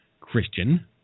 Christian